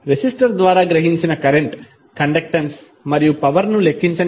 resistor ద్వారా గ్రహించిన current conductance మరియు పవర్ ను లెక్కించండి